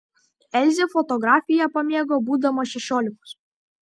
elzė fotografiją pamėgo būdama šešiolikos